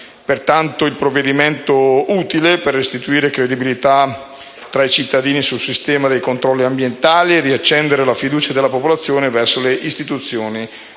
pertanto il provvedimento utile per restituire credibilità tra i cittadini sul sistema dei controlli ambientali e riaccendere la fiducia della popolazione verso le istituzioni, attraverso